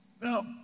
Now